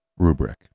Rubric